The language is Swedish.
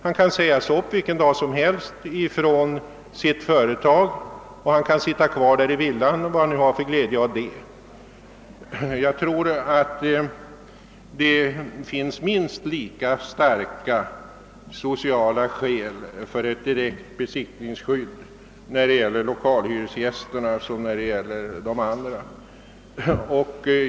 Han kan alltså sägas upp vilken dag som helst när det gäller företaget, men han får sitta kvar i sin villa — vad han nu kan ha för glädje av det. Jag tror att det finns minst lika starka sociala skäl för ett direkt besittningsskydd när det gäller lokalhyresgästerna som när det gäller bostadshyresgäster.